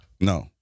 No